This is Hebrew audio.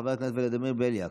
חבר הכנסת ולדימיר בליאק,